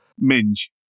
Minge